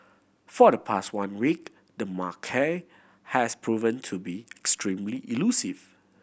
for the past one week the macaque has proven to be extremely elusive